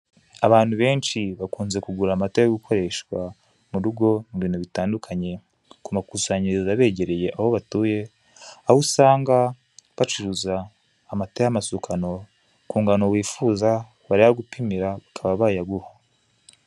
Abantu benshi bakunze kugura amata yogukoreshwa mu rugo mu bintu bitandukanye ku makusanyirizo abegereye aho batuye aho usanga bacuruza amata y'amasukano ku ngano wifuza barayagupimira bakaba bayaguha.